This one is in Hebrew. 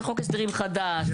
יהיה חוק הסדרים חדש,